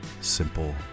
simple